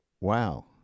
wow